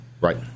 Right